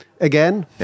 again